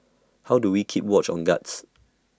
how do we keep watch on guards